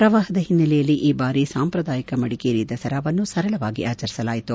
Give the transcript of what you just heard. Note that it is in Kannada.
ಪ್ರವಾಹದ ಹಿನ್ನೆಲೆಯಲ್ಲಿ ಈ ಬಾರಿ ಸಂಪ್ರದಾಯಿಕ ಮಡಿಕೇರಿ ದಸರಾವನ್ನು ಸರಳವಾಗಿ ಆಚರಿಸಲಾಯಿತು